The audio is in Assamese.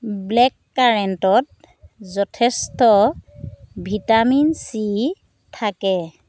ব্লে'ক কাৰেণ্টত যথেষ্ট ভিটামিন চি থাকে